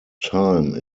time